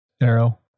arrow